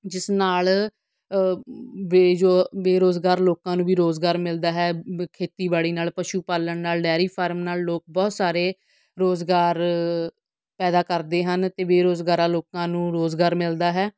ਜਿਸ ਨਾਲ ਬੇਯੋਗ ਬੇਰੁਜ਼ਗਾਰ ਲੋਕਾਂ ਨੂੰ ਵੀ ਰੁਜ਼ਗਾਰ ਮਿਲਦਾ ਹੈ ਬ ਖੇਤੀਬਾੜੀ ਨਾਲ ਪਸ਼ੂ ਪਾਲਣ ਨਾਲ ਡੈਅਰੀ ਫਾਰਮ ਨਾਲ ਲੋਕ ਬਹੁਤ ਸਾਰੇ ਰੁਜ਼ਗਾਰ ਪੈਦਾ ਕਰਦੇ ਹਨ ਅਤੇ ਬੇਰੁਜ਼ਗਾਰਾਂ ਲੋਕਾਂ ਨੂੰ ਰੁਜ਼ਗਾਰ ਮਿਲਦਾ ਹੈ